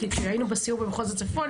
כי כשהיינו בסיור במחוז הצפון,